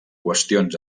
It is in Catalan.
qüestions